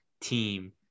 team